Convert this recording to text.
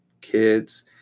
kids